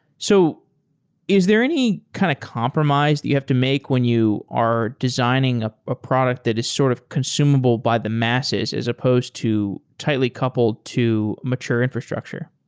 so is there any kind of compromise that you have to make when you are designing a ah product that is sort of consumable by the masses as supposed to tightly coupled to mature infrastructure?